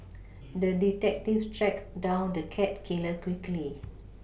the detective tracked down the cat killer quickly